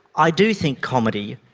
i do think comedy,